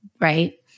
right